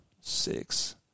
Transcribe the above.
six